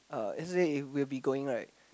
uh let's say if we'll be going right